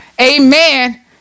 amen